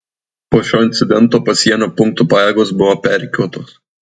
po šio incidento pasienio punktų pajėgos buvo perrikiuotos